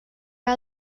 are